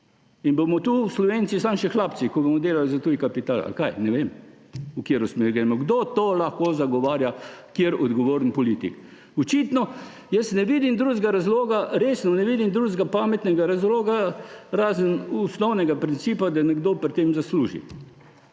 in bomo tukaj Slovenci samo še hlapci, ko bomo delali za tuji kapital, ali kaj? Ne vem, v katero smer gremo. Kdo to lahko zagovarja, kateri odgovorni politik? Očitno, jaz ne vidim drugega razloga, resno ne vidim drugega pametnega razloga razen osnovnega principa, da nekdo pri tem zasluži.